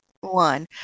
one